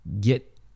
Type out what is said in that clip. get